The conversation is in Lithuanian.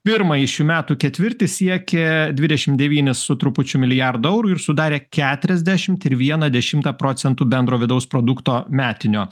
pirmąjį šių metų ketvirtį siekė dvidešim devynis su trupučiu milijardo eurų ir sudarė keturiasdešimt ir vieną dešimtą procentų bendro vidaus produkto metinio